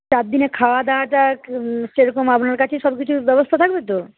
চারদিনে খাওয়া দাওয়াটা কী রকম আপনার কাছে সবকিছুর ব্যবস্থা থাকবে তো